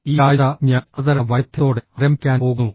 ഈ ആഴ്ച ഞാൻ അവതരണ വൈദഗ്ധ്യത്തോടെ ആരംഭിക്കാൻ പോകുന്നു